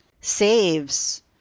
saves